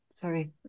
sorry